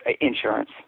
insurance